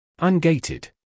Ungated